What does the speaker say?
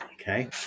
Okay